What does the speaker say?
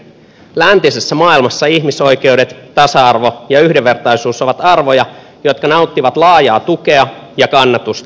läntisessä maailmassa ihmisoikeudet tasa arvo ja yhdenvertaisuus ovat arvoja jotka nauttivat laajaa tukea ja kannatusta